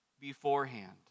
beforehand